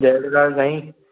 जय झूलेलाल साईं